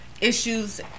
issues